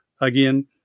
again